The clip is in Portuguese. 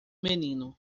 menino